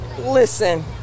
Listen